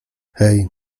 hej